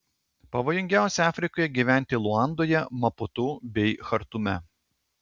pavojingiausia afrikoje gyventi luandoje maputu bei chartume